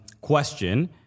question